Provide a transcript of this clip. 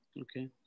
Okay